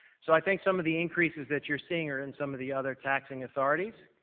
so i think some of the increases that you're seeing are in some of the other taxing authorities,